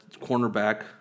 cornerback